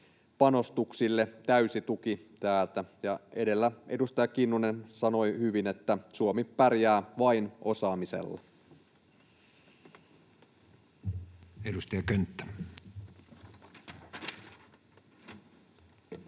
panostuksille täysi tuki täältä. Edellä edustaja Kinnunen sanoi hyvin, että Suomi pärjää vain osaamisella. [Speech 162]